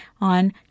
on